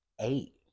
eight